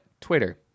Twitter